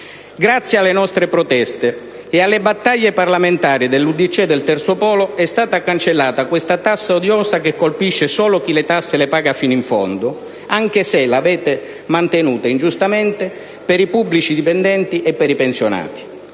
Grazie alle nostre proteste e alle battaglie parlamentari dell'UDC e del Terzo Polo è stata cancellata questa tassa odiosa che colpisce solo chi le tasse le paga fino in fondo, anche se l'avete mantenuta, ingiustamente, per i pubblici dipendenti e per i pensionati.